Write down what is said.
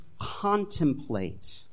contemplate